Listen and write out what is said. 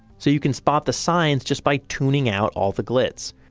so you can spot the signs just by tuning out all the glitz.